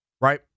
right